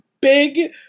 big